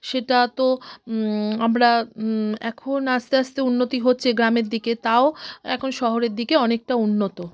সেটা তো আমরা এখন আস্তে আস্তে উন্নতি হচ্ছে গ্রামের দিকে তাও এখন শহরের দিকে অনেকটা উন্নত